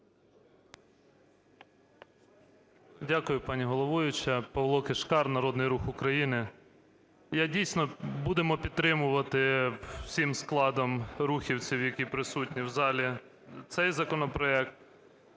Дякую, пані головуюча. Павло Кишкар, Народний Рух України. Я дійсно... будемо підтримувати всім складом рухівців, які присутні в залі, цей законопроект.